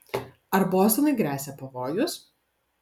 ar bostonui gresia pavojus